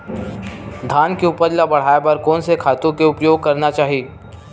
धान के उपज ल बढ़ाये बर कोन से खातु के उपयोग करना चाही?